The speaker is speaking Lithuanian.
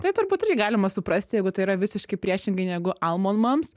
tai turbūt irgi galima suprasti jeigu tai yra visiškai priešingai negu almon mams